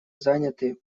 заняты